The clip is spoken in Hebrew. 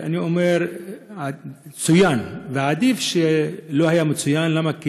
אני אומר צוין, ועדיף שלא היה מצוין, למה?